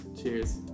Cheers